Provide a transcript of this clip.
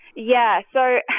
yeah, so